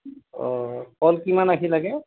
অঁ কল কিমান আষি লাগে